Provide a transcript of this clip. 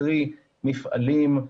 קרי, מפעלים,